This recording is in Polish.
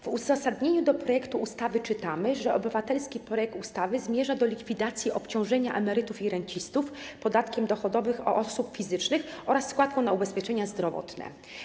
W uzasadnieniu projektu ustawy czytamy, że obywatelski projekt ustawy zmierza do likwidacji obciążenia emerytów i rencistów podatkiem dochodowym od osób fizycznych oraz składką na ubezpieczenia zdrowotne.